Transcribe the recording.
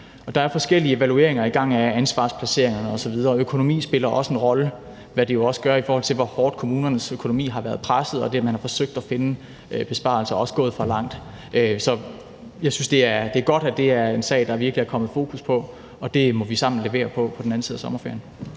Der er forskellige evalueringer i gang af ansvarsplaceringerne osv., og økonomi spiller også en rolle, hvad det jo også gør, i forhold til hvor hårdt kommunernes økonomi har været presset og det, at man har forsøgt at finde besparelser og også er gået for langt. Så jeg synes, det er godt, at det er en sag, der virkelig er kommet fokus på, og det må vi sammen levere på på den anden side af sommerferien.